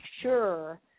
sure